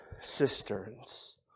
cisterns